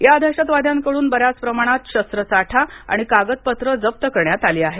या दहशतवाद्यांकडन बऱ्याच प्रमाणात शस्त्रसाठा आणि कागदपत्रं जप्त करण्यात आली आहेत